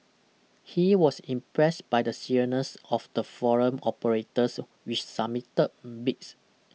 he was impressed by the seriousness of the foreign operators which submitted bids